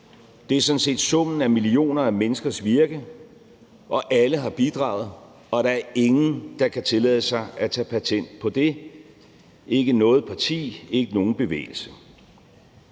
Det er sådan set summen af millioner af menneskers virke, og alle har bidraget, og der er ingen – ikke noget parti, ikke nogen bevægelse